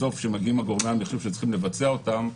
בסוף כשמגיעים הגורמים שצריכים לבצע אותם,